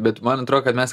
bet man atrodo kad mes